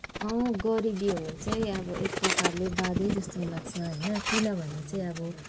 अँ गरिबी हुनु चाहिँ अब एक प्रकारले बाधै जस्तो लाग्छ होइन किनभने चाहिँ अब